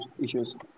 issues